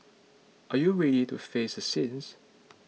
are you ready to face the sins